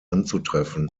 anzutreffen